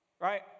right